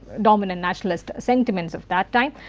dominant nationalist sentiments of that time.